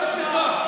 ממש בדיחה.